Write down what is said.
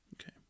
Okay